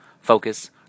focus